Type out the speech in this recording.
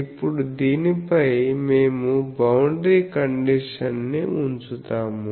ఇప్పుడు దీనిపై మేము బౌండరీ కండిషన్ని ఉంచుతాము